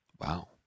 Wow